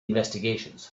investigations